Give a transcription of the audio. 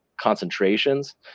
concentrations